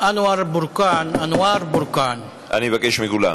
אנואר בורקאן, אני מבקש מכולם,